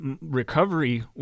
recovery